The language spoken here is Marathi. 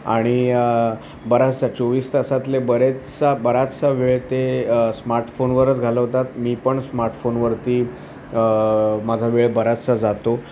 आणि बराचसा चोवीस तासातले बरेचसा बराचसा वेळ ते स्मार्टफोनवरच घालवतात मी पण स्मार्टफोनवरती माझा वेळ बराचसा जातो